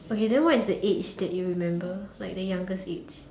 okay then what is the age that you remember like the youngest age